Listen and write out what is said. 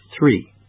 three